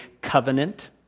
covenant